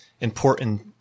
important